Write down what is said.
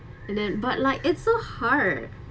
and then but like it's so hard